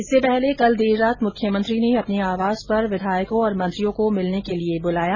इससे पहले केल देर रात मुख्यमंत्री ने अपने आवास पर विधायकों और मंत्रियों को मिलने के लिए बुलाया